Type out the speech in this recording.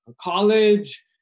college